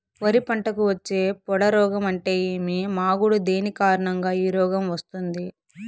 వరి పంటకు వచ్చే పొడ రోగం అంటే ఏమి? మాగుడు దేని కారణంగా ఈ రోగం వస్తుంది?